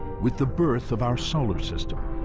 with the birth of our solar system.